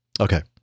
Okay